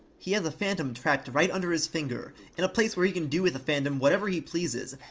he has the phantom trapped right under his finger, in a place where he can do with the phantom whatever he pleases,